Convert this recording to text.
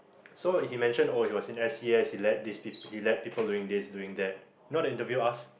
so he mentioned oh he was in S_C_S he led these he led people doing this doing that you know the interview asked